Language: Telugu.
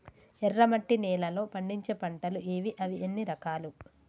ఎర్రమట్టి నేలలో పండించే పంటలు ఏవి? అవి ఎన్ని రకాలు?